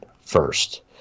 first